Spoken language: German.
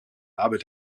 arbeit